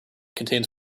contains